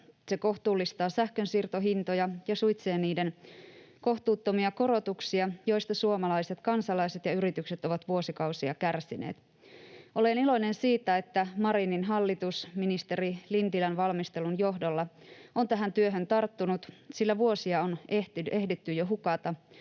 Se kohtuullistaa sähkönsiirtohintoja ja suitsii niiden kohtuuttomia korotuksia, joista suomalaiset kansalaiset ja yritykset ovat vuosikausia kärsineet. Olen iloinen siitä, että Marinin hallitus ministeri Lintilän valmistelun johdolla on tähän työhön tarttunut, sillä vuosia on ehditty jo hukata,